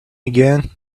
again